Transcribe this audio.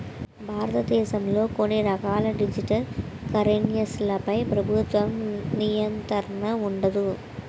భారతదేశంలో కొన్ని రకాల డిజిటల్ కరెన్సీలపై ప్రభుత్వ నియంత్రణ ఉండదు